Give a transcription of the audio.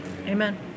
Amen